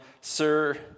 Sir